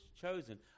chosen